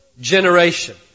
generation